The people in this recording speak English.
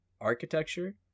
architecture